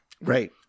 Right